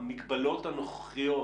המגבלות הנוכחיות